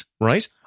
right